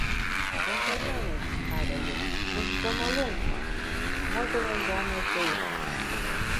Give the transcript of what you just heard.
džentelmenai tarė jis už džomolungmą motinos žemės deivę